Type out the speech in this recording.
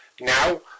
Now